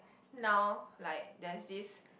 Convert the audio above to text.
now like there's this